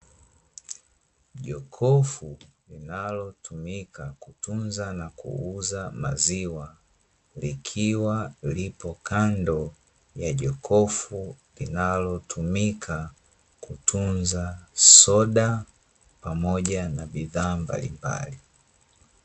Jokofu linalo tumika kutunza na kuuza maziwa, likiwa lipo kando ya jokofu linalo tumika kutunza soda pamoja na bidhaa mbalimbali.